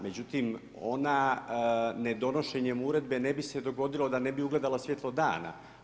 Međutim, ona ne donošenjem uredbe ne bi se dogodilo da ne bi ugledala svjetlo dana.